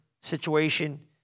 situation